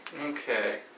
Okay